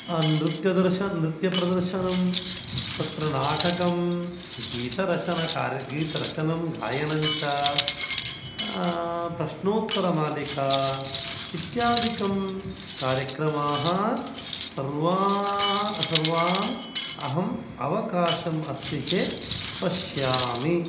नृत्यदर्शन् नृत्यप्रदर्शनम् तत्र नाटकं गीतरचनकार्य गीतरचनं गायनं च प्रश्नोत्तरलामिका इत्यादिकं कार्यक्रमाः सर्वाः सर्वान् अहम् अवकाशम् अस्ति चेत् पश्यामि